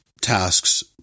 tasks